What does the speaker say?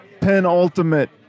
penultimate